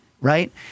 right